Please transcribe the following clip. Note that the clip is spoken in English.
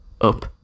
up